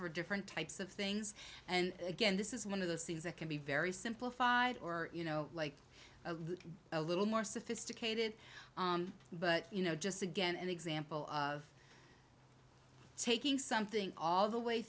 flowchart or different types of things and again this is one of those things that can be very simplified or you know like a little more sophisticated but you know just again an example of taking something all the way